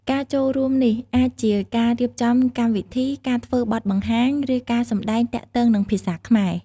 ការចូលរួមនេះអាចជាការរៀបចំកម្មវិធី ការធ្វើបទបង្ហាញ ឬការសម្តែងទាក់ទងនឹងភាសាខ្មែរ។